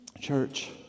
Church